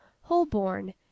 holborn